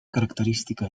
característica